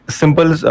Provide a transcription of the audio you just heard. simple